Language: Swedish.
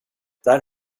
där